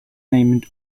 named